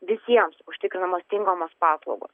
visiems užtikrinamos tinkamos paslaugos